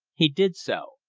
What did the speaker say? he did so.